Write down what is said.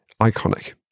iconic